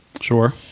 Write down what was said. Sure